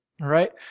right